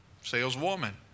saleswoman